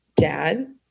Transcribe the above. Dad